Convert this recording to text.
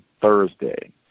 Thursday